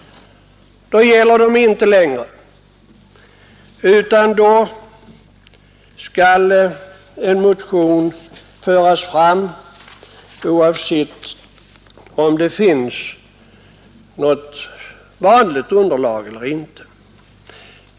Då skall motionen föras fram, oavsett om det finns något vanligt underlag eller inte.